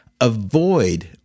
avoid